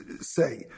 say